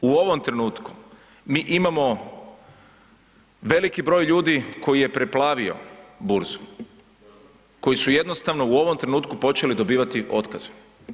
U ovom trenutku mi imamo veliki broj ljudi koji je preplavio burzu, koji su jednostavno u ovom trenutku počeli dobivati otkaze.